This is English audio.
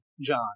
John